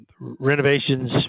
renovations